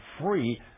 free